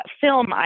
film